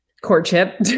courtship